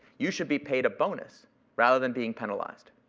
you should be paid a bonus rather than being penalized.